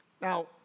Now